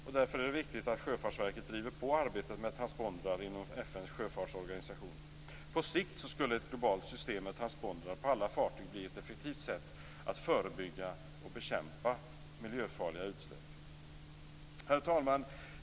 Därför är det viktigt att Sjöfartsverket driver på arbetet med transpondrar inom FN:s sjöfartsorganisation. På sikt skulle ett globalt system med transpondrar på alla fartyg bli ett effektivt sätt att förebygga och bekämpa miljöfarliga utsläpp. Herr talman!